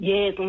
Yes